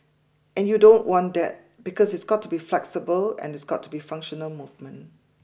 and you don't want that because it's got to be flexible and it's got to be functional movement